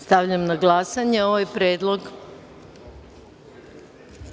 Stavljam na glasanje ovaj predlog.